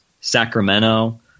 sacramento